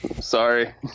sorry